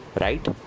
right